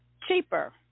cheaper